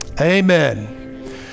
amen